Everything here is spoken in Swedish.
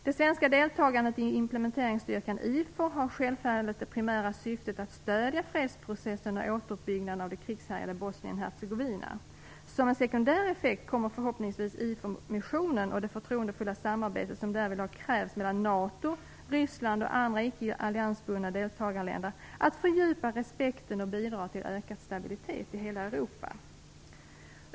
Det svenska deltagandet i implementeringsstyrkan IFOR har självfallet det primära syftet att stödja fredsprocessen och återuppbyggnaden av det krigshärjade Bosnien-Hercegovina. Som en sekundär effekt kommer förhoppningsvis IFOR-missionen och det förtroendefulla samarbete som därvidlag krävs mellan NATO, Ryssland och andra icke alliansbundna deltagarländer att fördjupa respekten och bidra till ökad stabilitet i hela Europa.